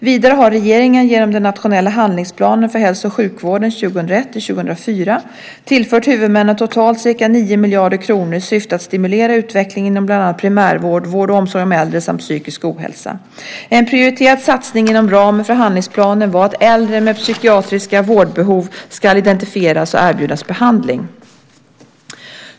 Vidare har regeringen, genom den nationella handlingsplanen för hälso och sjukvården 2001-2004, tillfört huvudmännen totalt ca 9 miljarder kronor i syfte att stimulera utvecklingen inom bland annat primärvård, vård och omsorg om äldre samt psykisk ohälsa. En prioriterad satsning inom ramen för handlingsplanen var att äldre med psykiatriska vårdbehov ska identifieras och erbjudas behandling.